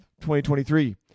2023